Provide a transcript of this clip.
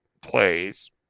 plays